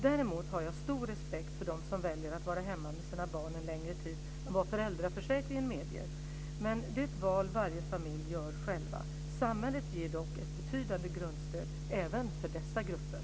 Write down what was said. Däremot har jag stor respekt för dem som väljer att vara hemma med sina barn en längre tid än vad föräldraförsäkringen medger. Men det är ett val varje familj gör själv. Samhället ger dock ett betydande grundstöd även för dessa grupper.